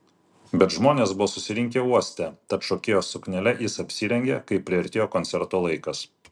bet žmonės buvo susirinkę uoste tad šokėjos suknele jis apsirengė kai priartėjo koncerto laikas